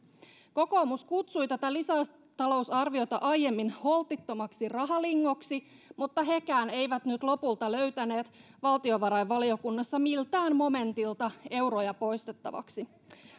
kokoomus kutsui tätä lisätalousarviota aiemmin holtittomaksi rahalingoksi mutta hekään eivät nyt lopulta löytäneet valtiovarainvaliokunnassa miltään momentilta euroja poistettavaksi